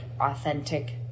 authentic